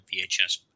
VHS